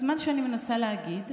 אז מה שאני מנסה להגיד,